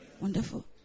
Wonderful